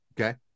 Okay